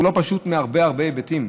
הוא לא פשוט מהרבה הרבה היבטים.